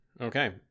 Okay